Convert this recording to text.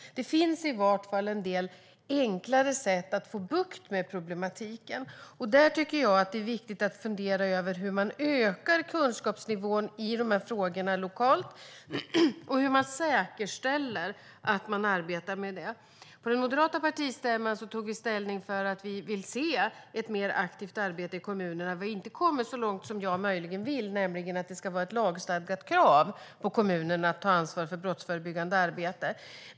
Det finns i vart fall en del enklare sätt att få bukt med problemen. Där tycker jag att det är viktigt att fundera över hur man ökar kunskapsnivån i frågorna lokalt och hur man säkerställer arbetet. På den moderata partistämman tog vi ställning för att vi vill se ett mer aktivt arbete i kommunerna. Vi har inte kommit så långt som jag möjligen vill, nämligen att det ska vara ett lagstadgat krav på kommunerna att ta ansvar för det brottsförebyggande arbetet.